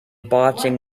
boxing